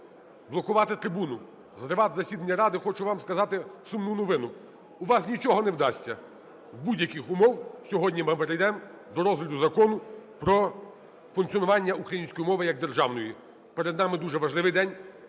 блокувати трибуну, зривати засідання Ради, хочу вам сказати сумну новину: у вас нічого не вдасться! За будь-яких умов сьогодні ми перейдемо до розгляду Закону про функціонування української мови як державної. Перед нами дуже важливий день.